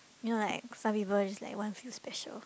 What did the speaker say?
you know like some people they just like want feel special